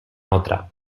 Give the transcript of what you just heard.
otra